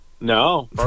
No